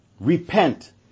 Repent